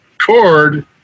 cord